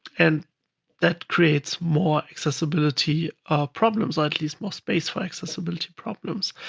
and that creates more accessibility problems, like it has more space for accessibility problems.